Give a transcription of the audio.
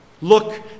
Look